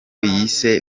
yise